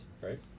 right